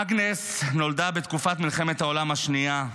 אגנס נולדה בתקופת מלחמת העולם השנייה.